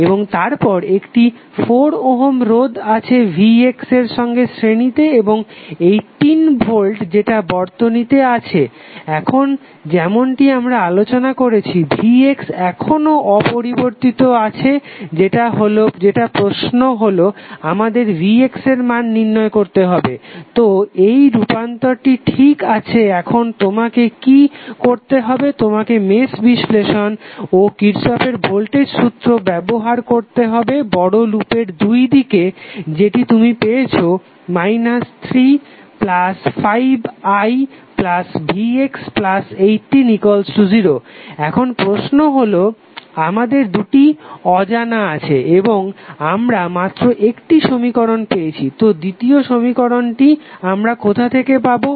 এবং তারপর একটি 4 ওহম রোধ আছে vx এর সঙ্গে শ্রেণীতে এবং 18 ভোল্ট যেটা বর্তনীতে আছে এখন যেমনটি আমরা আলোচনা করেছি vx এখনও অপরিবর্তিত আছে যেটা প্রশ্ন হলো আমাদের vx এর মান নির্ণয় করতে হবে তো এই রূপান্তরটি ঠিক আছে এখন তোমাকে কি করতে হবে তোমাকে মেশ বিশ্লেষণ ও কিরর্শফের ভোল্টেজ সূত্র Kirchhoff's voltage law ব্যবহার করতে হবে বড় লুপের দুইদিকে যেটা তুমি পেয়েছো 35ivx180 এখন প্রশ্ন হলো মাদের দুটি অজানা আছে এবং আমরা মাত্র একটি সমীকরণ পেয়েছি তো দ্বিতীয় সমীকরণটি আমরা কোথাথেকে পাবো